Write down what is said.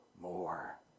more